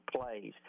plays